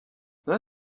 not